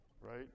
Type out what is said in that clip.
right